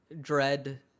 Dread